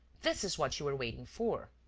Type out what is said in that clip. this is what you were waiting for.